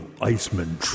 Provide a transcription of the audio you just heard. Iceman